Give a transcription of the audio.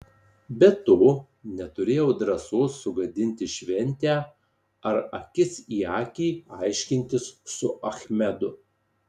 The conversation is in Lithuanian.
be to neturėjau drąsos sugadinti šventę ar akis į akį aiškintis su achmedu